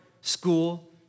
school